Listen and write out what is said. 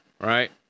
right